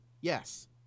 Yes